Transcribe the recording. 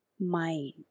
Mind